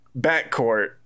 backcourt